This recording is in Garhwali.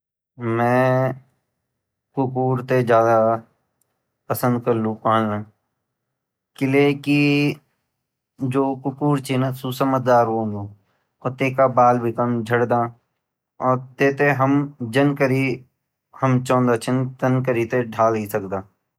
मै कुकुर ते ज़्यादा पसंद करलु पान किले की जु कुकुर छिन ऊ समझदार वोन्दु कुत्ता बाल भी कम झड़दा अर तेते हम जन करी हम चांदा छिन तन ढाल सकदा।